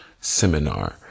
seminar